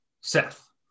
Seth